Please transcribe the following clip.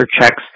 checks